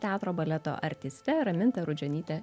teatro baleto artiste raminta rudžionyte